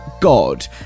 god